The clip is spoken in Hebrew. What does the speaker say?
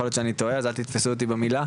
להיות שאני טועה אז אל תתפסו אותי במילה,